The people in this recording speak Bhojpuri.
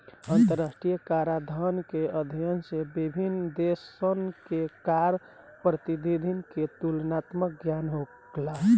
अंतरराष्ट्रीय कराधान के अध्ययन से विभिन्न देशसन के कर पद्धति के तुलनात्मक ज्ञान होला